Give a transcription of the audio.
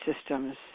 systems